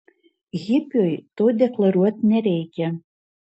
hipiui to deklaruot nereikia